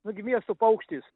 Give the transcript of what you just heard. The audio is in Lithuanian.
nu gi miesto paukštis